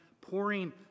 pouring